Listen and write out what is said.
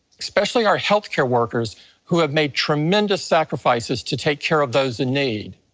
especially our healthcare workers who have made tremendous sacrifices to take care of those in need.